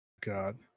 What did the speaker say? God